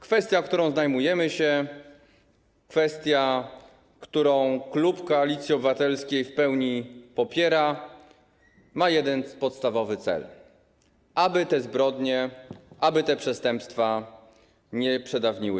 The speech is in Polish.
Kwestia, którą się zajmujemy, kwestia, którą klub Koalicji Obywatelskiej w pełni popiera, ma jeden podstawowy cel, aby te zbrodnie, aby te przestępstwa się nie przedawniły.